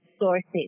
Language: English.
sources